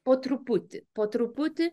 po truputį po truputį